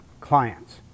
clients